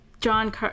John